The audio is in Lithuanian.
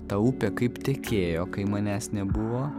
ta upė kaip tekėjo kai manęs nebuvo